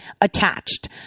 attached